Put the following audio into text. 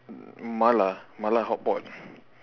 m~ mala mala hotpot